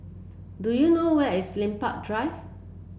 do you know where is Lempeng Drive